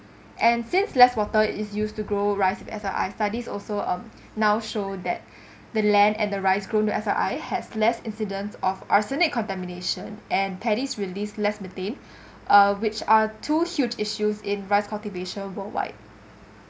and since less water is used to grow rice with S_R_I studies also um now show that the land and the rice grown to S_R_I has less incidents of arsenic contamination and paddies released less methane uh which are two huge issues in rice cultivation worldwide